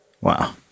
Wow